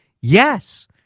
yes